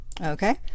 okay